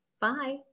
Bye